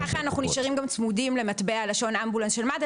וככה אנחנו נשארים גם צמודים למטבע הלשון אמבולנס של מד"א,